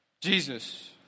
Jesus